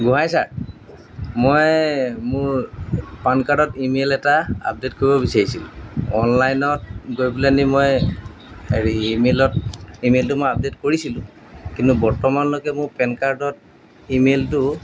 Gohain sir মই মোৰ PAN কাৰ্ডত ইমেইল এটা আপডেট কৰিব বিচাৰিছিলোঁ অনলাইনত গৈ পেলাই নি মই হেৰি ইমেইলত ইমেইলটো মই আপডেট কৰিছিলোঁ কিন্তু বৰ্তমানলৈকে মোৰ পেন কাৰ্ডত ই মেইলটো